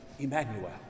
Emmanuel